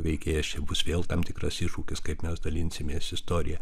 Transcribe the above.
veikėjas čia bus vėl tam tikras iššūkis kaip mes dalinsimės istorija